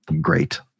great